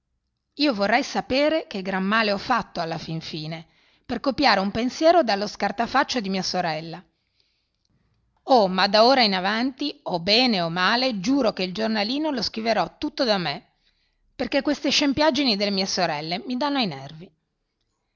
io vorrei sapere che gran male ho fatto alla fin fine per copiare un pensiero dallo scartafaccio di mia sorella oh ma da ora in avanti o bene o male giuro che il giornalino lo scriverò tutto da me perché queste scempiaggini delle mie sorelle mi dànno ai nervi